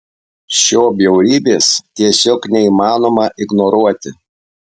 šio bjaurybės tiesiog neįmanoma ignoruoti